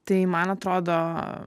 tai man atrodo